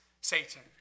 Satan